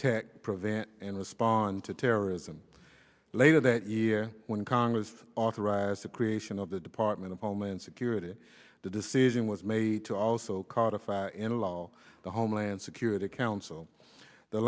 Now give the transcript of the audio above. deter prevent and respond to terrorism later that year when congress authorized the creation of the department of homeland security the decision was made to also codified into law the homeland security council the